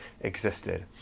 existed